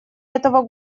этого